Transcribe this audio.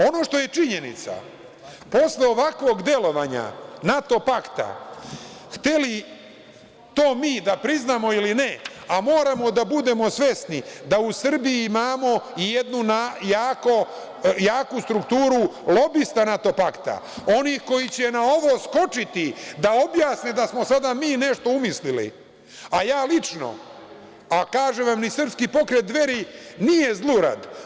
Ono što je činjenica, posle ovakvog delovanja NATO pakta, hteli to mi da priznamo ili ne, a moramo da budemo svesni da u Srbiji imamo i jednu jaku strukturu lobista NATO pakta, oni koji će na ovo skočiti, da objasne da smo sada mi nešto umislili, a ja lično, a kažem vam i Srpski pokret Dveri nije zlurad.